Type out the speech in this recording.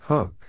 Hook